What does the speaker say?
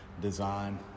design